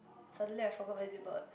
suddenly I forgot what is it about